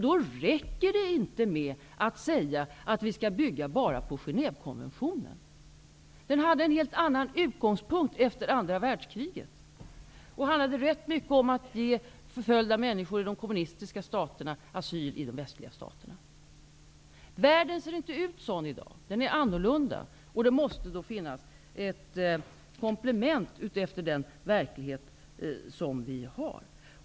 Det räcker inte med att säga att det vi gör bygger på Genèvekonventionens beslut. Utgångspunkten var en helt annan efter andra världskriget. Då handlade det nämligen ganska mycket om att ge förföljda människor i de kommunistiska staterna asyl i de västliga staterna. Världen ser inte ut så i dag. Den ser annorlunda ut, och därför måste det finnas ett komplement baserat på den verklighet som vi har.